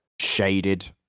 shaded